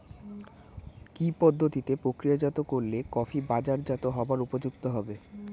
কি পদ্ধতিতে প্রক্রিয়াজাত করলে কফি বাজারজাত হবার উপযুক্ত হবে?